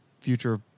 future